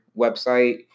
website